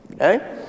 Okay